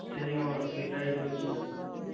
steering ହଁ ଟିକେ tight ନେଉଛି